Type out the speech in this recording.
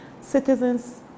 citizens